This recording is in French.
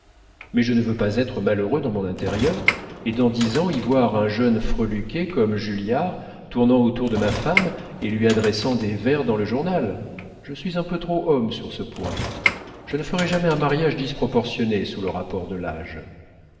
mais je ne veux pas être malheureux dans mon intérieur et dans dix ans y voir un jeune freluquet comme julliard tournant autour de ma femme et lui adressant des vers dans le journal je suis un peu trop homme sur ce point je ne ferai jamais un mariage disproportionné sous le rapport de l'âge